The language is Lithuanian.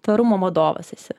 tvarumo vadovas esi